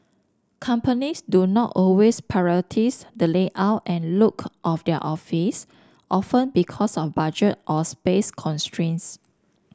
companies do not always prioritise the layout and look of their office often because of budget or space constraints